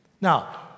Now